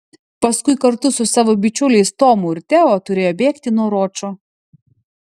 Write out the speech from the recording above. paskui kartu su savo bičiuliais tomu ir teo turėjo bėgti nuo ročo